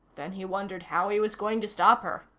then he wondered how he was going to stop her.